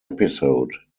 episode